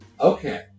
Okay